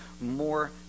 more